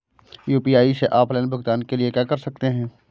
UPI से offline भुगतान के लिए क्या कर सकते हैं?